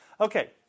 Okay